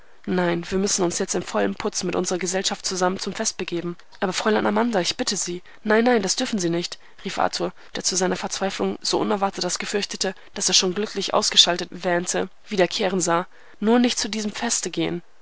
nein wir müssen uns jetzt in vollem putz mit unserer gesellschaft zusammen zum fest begeben aber fräulein amanda ich bitte sie nein nein das dürfen sie nicht rief arthur der zu seiner verzweiflung so unerwartet das gefürchtete das er schon glücklich ausgeschaltet wähnte wiederkehren sah nur nicht zu diesem fest gehen